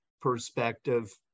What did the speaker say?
perspective